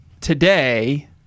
today